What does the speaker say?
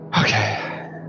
Okay